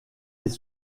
les